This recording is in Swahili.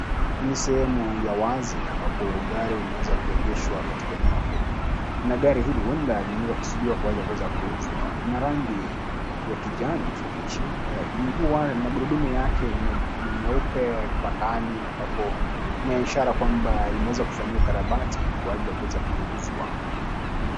Ni sehemu ya wazi ambapo gari limeweza kuegeshwa katika eneo hili na gari hili huwenda limeweza kukusudiwa kwa ajili ya kuuzwa. Lina rangi ya kijani kibichi mguu wa magurudumu yake ni meupe kwa ndani ambapo ni ishara kwamba limeweza kufanyiwa ukarabati kwa ajili ya kuweza kuuzwa.